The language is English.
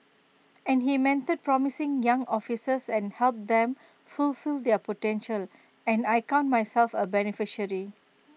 and he mentored promising young officers and helped them fulfil their potential and I count myself A beneficiary